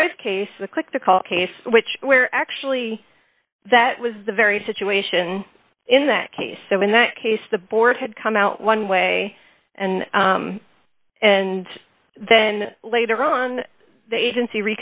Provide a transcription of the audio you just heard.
prize case the quick the call case which where actually that was the very situation in that case so in that case the board had come out one way and and then later on the agency